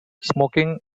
smoking